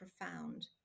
profound